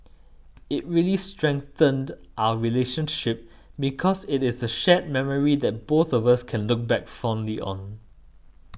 it really strengthened our relationship because it is a shared memory that both of us can look back fondly on